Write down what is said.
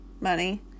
money